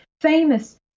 famous